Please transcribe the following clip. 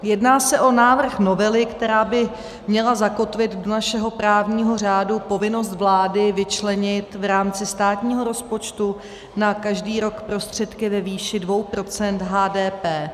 Jedná se o návrh novely, která by měla zakotvit do našeho právního řádu povinnost vlády vyčlenit v rámci státního rozpočtu na každý rok prostředky ve výši 2 % HDP.